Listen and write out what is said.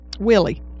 Willie